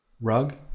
Rug